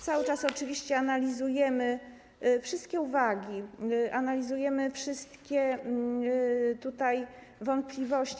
Cały czas oczywiście analizujemy wszystkie uwagi, analizujemy wszystkie wątpliwości.